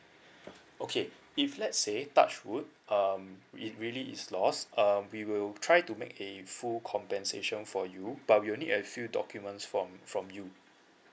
okay if let's say touch wood um it really is loss uh we will try to make a full compensation for you but we'll need a few documents from from you